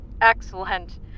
Excellent